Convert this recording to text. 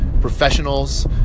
professionals